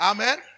Amen